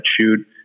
shoot